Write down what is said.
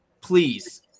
please